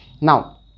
now